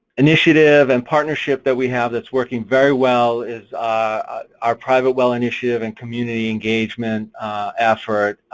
initiative and partnership that we have that's working very well is our private well initiative and community engagement effort,